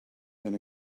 than